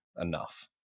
enough